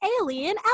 alien